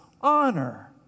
honor